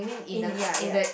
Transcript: in ya ya